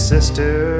Sister